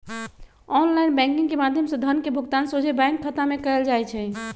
online banking के माध्यम से धन के भुगतान सोझे बैंक खता में कएल जाइ छइ